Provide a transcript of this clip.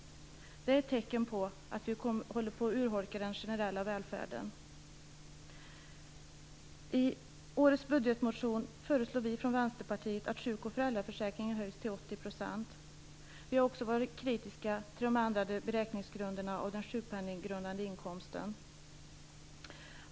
Det är ett tecken på att vi håller på att urholka den generella välfärden. I årets budgetmotion föreslår vi från Vänsterpartiet att sjuk och föräldraförsäkringen höjs till 80 %. Vi har också varit kritiska till de ändrade beräkningsgrunderna för den sjukpenninggrundande inkomsten.